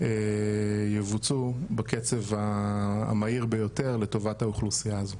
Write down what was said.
יבוצעו בקצב המהיר ביותר לטוב האוכלוסייה הזו.